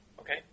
Okay